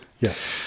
Yes